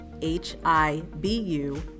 H-I-B-U